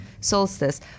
solstice